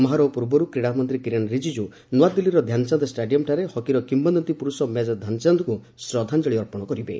ସମାରୋହ ପୂର୍ବରୁ କ୍ରୀଡ଼ା ମନ୍ତ୍ରୀ କିରେନ୍ ରିକିକୁ ନୂଆଦିଲ୍ଲୀର ଧ୍ୟାନଚାନ୍ଦ ଷ୍ଟାଡିୟମରେ ହକିର କିମ୍ବଦନ୍ତୀ ପୁରୁଷ ମେଜର ଧ୍ୟାନଚାନ୍ଦଙ୍କୁ ଶ୍ରଦ୍ଧାଞ୍ଜଳି ଅର୍ପଣ କରିବେ